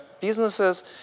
businesses